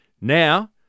Now